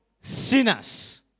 Sinners